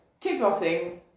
kickboxing